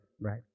right